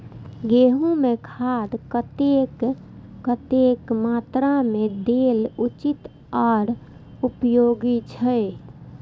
गेंहू में खाद कतेक कतेक मात्रा में देल उचित आर उपयोगी छै?